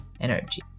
energy